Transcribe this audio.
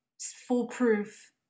foolproof